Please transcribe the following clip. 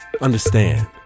Understand